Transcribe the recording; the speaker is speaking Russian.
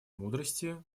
мудрости